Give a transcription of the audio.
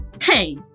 Hey